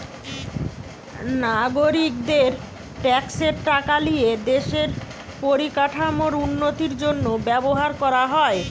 নাগরিকদের ট্যাক্সের টাকা লিয়ে দেশের পরিকাঠামোর উন্নতির জন্য ব্যবহার করা হয়